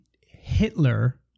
Hitler